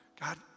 God